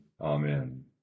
amen